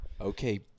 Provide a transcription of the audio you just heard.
Okay